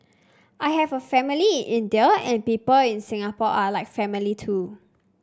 I have a family in India and people in Singapore are like family too